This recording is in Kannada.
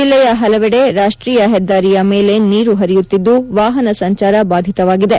ಜಿಲ್ಲೆಯ ಪಲವೆಡೆ ರಾಷ್ಷೀಯ ಹೆದ್ದಾರಿಯ ಮೇಲೆ ನೀರು ಪರಿಯುತ್ತಿದ್ದು ವಾಹನ ಸಂಚಾರ ಭಾದಿತವಾಗಿದೆ